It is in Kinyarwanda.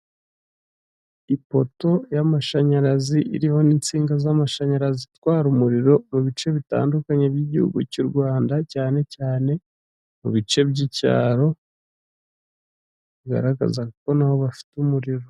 Ipoto y'amashanyarazi iriho n'insinga z'amashanyarazi itwara umuriro mu bice bitandukanye by'igihugu cy'u Rwanda cyane cyane mu bice by'icyaro, bigaragaza ko na bafite umuriro.